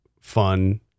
fun